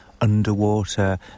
underwater